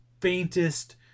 faintest